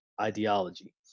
ideology